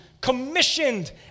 commissioned